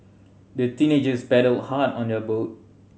the teenagers paddled hard on their boat